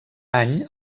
any